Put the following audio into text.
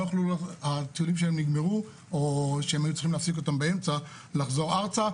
הטיולים שלהם נגמרו או שהם היו צריכים להפסיק אותם באמצע ולחזור ארצה.